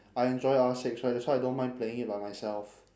I enjoy R six so I so I don't mind playing it by myself